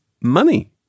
Money